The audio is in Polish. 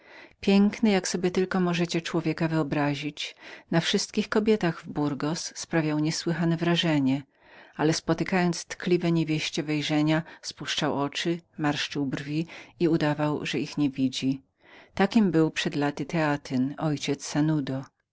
piękny jak sobie tylko możecie człowieka wyobrazić na wszystkich kobietach w burgos sprawiał niesłychane wrażenie ale sanudo spotykając tkliwe niewieście wejrzenia spuszczał oczy marszczył brwi i udawał że ich nie widzi takim był przed laty teatyn ojciec